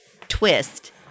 twist